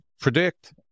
predict